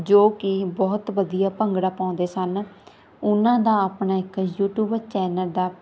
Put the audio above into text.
ਜੋ ਕਿ ਬਹੁਤ ਵਧੀਆ ਭੰਗੜਾ ਪਾਉਂਦੇ ਸਨ ਉਹਨਾਂ ਦਾ ਆਪਣਾ ਇੱਕ ਯੂਟੀਊਬ ਚੈਨਲ ਦਾ